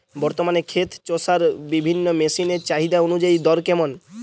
বর্তমানে ক্ষেত চষার বিভিন্ন মেশিন এর চাহিদা অনুযায়ী দর কেমন?